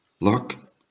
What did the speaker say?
Look